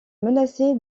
menacé